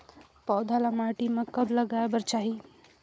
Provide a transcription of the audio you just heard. पौधा ल माटी म कब लगाए बर चाही?